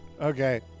Okay